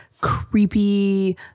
creepy